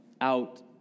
out